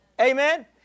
Amen